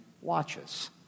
watches